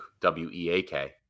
W-E-A-K